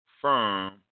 Firm